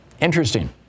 Interesting